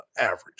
average